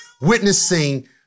witnessing